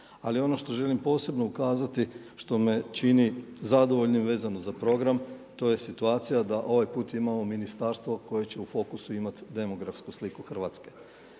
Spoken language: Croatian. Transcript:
Ali ono što želim posebno ukazati što me čini zadovoljnim vezano za program to je situacija da ovaj put imamo ministarstvo koje će u fokusu imati demografsku sliku Hrvatske.